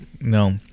No